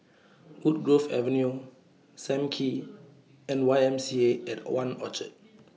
Woodgrove Avenue SAM Kee and Y M C A At one Orchard